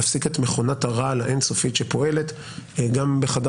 להפסיק את מכונת הרעל האין-סופית שפועלת גם בחדר